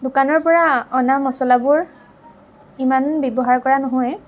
দোকানৰ পৰা অনা মছলাবোৰ ইমান ব্যৱহাৰ কৰা নহয়